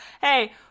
hey